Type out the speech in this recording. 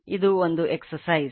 ಇದು ಒಂದು ಎಕ್ಸಸೈಜ್